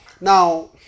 now